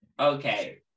Okay